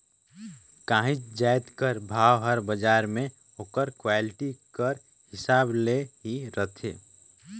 काहींच जाएत कर भाव हर बजार में ओकर क्वालिटी कर हिसाब ले ही रहथे